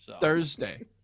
Thursday